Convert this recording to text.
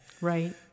Right